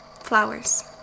flowers